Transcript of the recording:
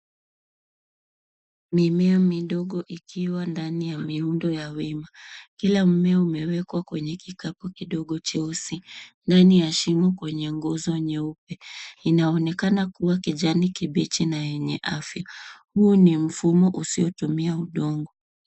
Mimea midogo ikiwa ndani ya miundo ya wima. Kila mmea umewekwa kwenye kikapu kidogo cheusi ndani ya shimo kwenye nguzo nyeupe. Inaonekana kuwa kijani kibichi na yenye afya. Huu ni mfumo usiotumia udongo.